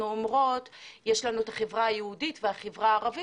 אומרות שיש לנו את החברה היהודית והחברה הערבית,